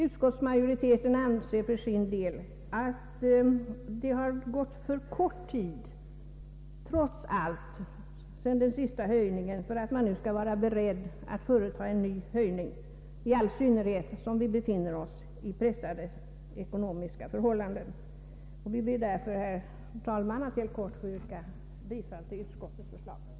Utskottsmajoriteten anser för sin del att tiden varit alltför kort efter det att den senaste höjningen genomfördes för att man nu skall vara beredd att företa en ny höjning, i all synnerhet som vi befinner oss i ett pressat ekonomiskt läge. Jag ber således, herr talman, helt kort att få yrka bifall till utskottets förslag.